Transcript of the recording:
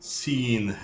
seen